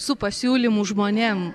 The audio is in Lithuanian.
su pasiūlymu žmonėm